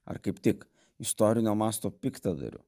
ar kaip tik istorinio masto piktadariu